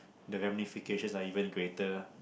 the ramification are even greater